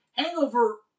Hangover